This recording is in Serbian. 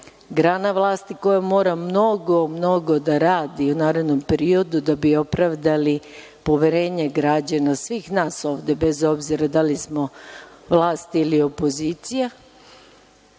grana vlasti koja mora mnogo, mnogo da radi u narednom periodu da bi opravdali poverenje građana svih nas ovde, bez obzira da li smo vlast ili opozicija,